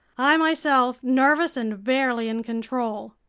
i myself nervous and barely in control.